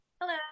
Hello